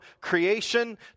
creation